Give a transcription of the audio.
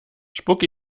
spuck